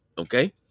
Okay